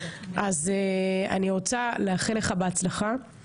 אני רוצה לאחל לך בהצלחה.